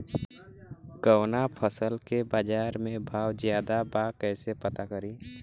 कवना फसल के बाजार में भाव ज्यादा बा कैसे पता करि?